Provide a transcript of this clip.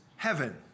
Heaven